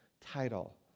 title